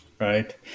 Right